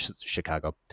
Chicago